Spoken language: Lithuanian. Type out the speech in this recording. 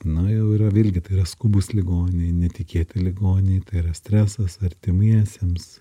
nu jau yra vėlgi tai yra skubūs ligoniai netikėti ligoniai tai yra stresas artimiesiems